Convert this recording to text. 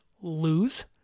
lose